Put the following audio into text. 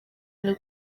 imwe